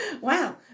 wow